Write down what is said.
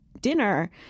dinner